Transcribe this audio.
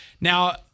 now